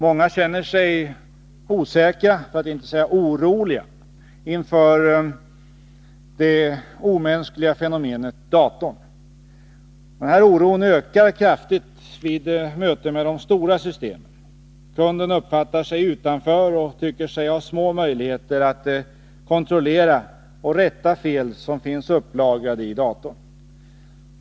Många känner sig osäkra, för att inte säga oroliga, inför det omänskliga fenomenet datorn. Denna oro ökar kraftigt vid mötet med de stora systemen. Kunden uppfattar sig som utanför och tycker sig ha små möjligheter att kontrollera och rätta fel som finns upplagrade i datorn.